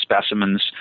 specimens